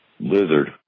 Lizard